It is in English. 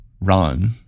Run